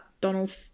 Donald